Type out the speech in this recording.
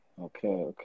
Okay